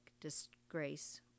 disgrace